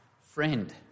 friend